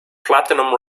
platinum